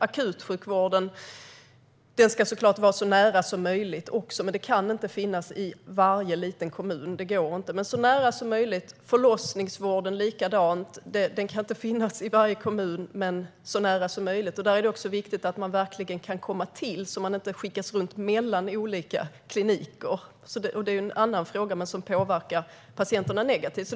Akutsjukvården ska naturligtvis också vara så nära som möjligt, men akutsjukhus kan inte finnas i varje liten kommun. Det går inte, men akutsjukvård och förlossningsvård ska finnas så nära som möjligt. Där är det också viktigt att man inte skickas runt mellan olika kliniker. Det är en annan fråga, men den påverkar patienterna negativt.